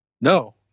No